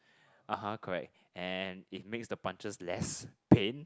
(uh huh) correct and it makes the punches less pain